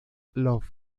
love